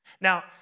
Now